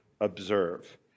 observe